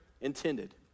intended